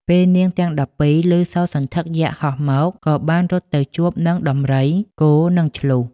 ពេលនាងទាំង១២ លឺសូរសន្ធឹកយក្សហោះមក ក៏បានរត់ទៅជួបនឹងដំរី គោ និងឈ្លូស។